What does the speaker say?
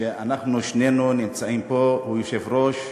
שאנחנו שנינו נמצאים פה, והוא היושב-ראש,